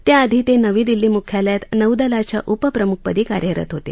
त्याआधी ते नवी दिल्ली मुख्यालयात नौदलाच्या उपप्रमुख पदी कार्यरत होते